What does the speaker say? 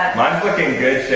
mine's looking good,